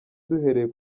duhereye